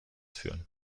führen